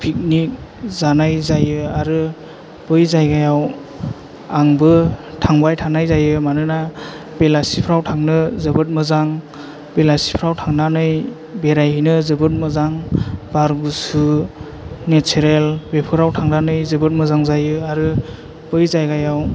picnic जानाय जायो आरो बै जायगायाव आंबो थांबाय थानाय जायो मानोना बेलासिफ्राव थांनो जोबोद मोजां बेलासिफ्राव थांनानै बेरायहैनो जोबोद मोजां बार गुसु नेसारेल बेफोराव थांनानै जोबोद मोजां जायो आरो बै जायगायाव